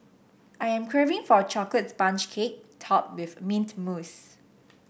I am craving for a chocolate sponge cake topped with mint mousse